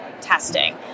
testing